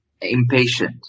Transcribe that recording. impatient